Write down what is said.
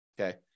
Okay